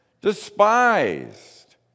despised